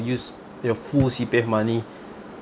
use your full C_P_F money